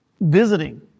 visiting